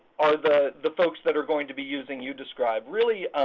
are the the folks that are going to be using youdescribe. really